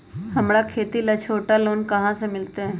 हमरा खेती ला छोटा लोने कहाँ से मिलतै?